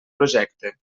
projecte